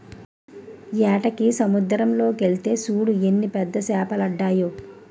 ఏటకి సముద్దరం లోకెల్తే సూడు ఎన్ని పెద్ద సేపలడ్డాయో